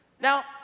Now